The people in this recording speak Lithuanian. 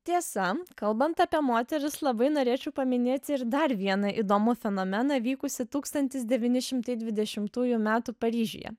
tiesa kalbant apie moteris labai norėčiau paminėti ir dar vieną įdomų fenomeną vykusį tūkstantis devyni šimtai dvidešimtųjų metų paryžiuje